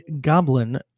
goblin